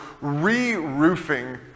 re-roofing